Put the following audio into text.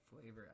flavor